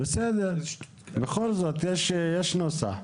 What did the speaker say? בסדר, בכל זאת יש נוסח.